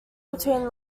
between